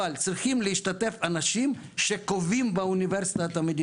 אבל צריכים להשתתף אנשים שקובעים את המדיניות באוניברסיטאות.